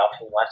last